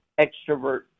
extrovert